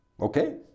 Okay